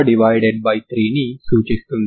e3ని సూచిస్తుంది